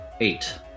Eight